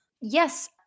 Yes